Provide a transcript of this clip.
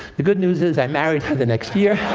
the good news is i married her the next year.